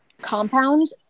Compound